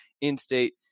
in-state